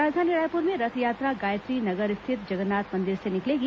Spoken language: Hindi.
राजधानी रायपुर में रथयात्रा गायत्री नगर स्थित जगन्नाथ मंदिर से निकलेगी